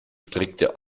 streckte